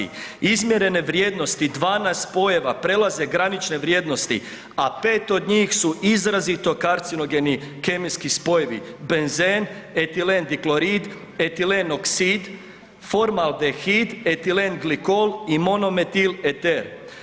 Izmjerene vrijednosti 12 spojeva prelaze granične vrijednosti, a 5 od njih su izrazito karcinogeni kemijski spojevi, benzen, etilendiklorid, etilenoksid, formaldehid, etilenglikol i monometileter.